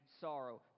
sorrow